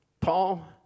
Paul